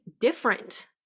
different